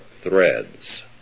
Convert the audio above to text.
threads